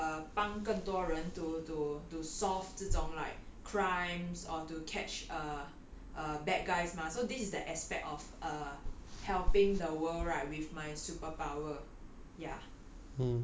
then 我可以去 err 帮更多人 to to to solve 这种 like crimes or to catch err err bad guys mah so this is the aspect of uh helping the world right with my superpower